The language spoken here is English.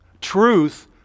Truth